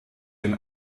den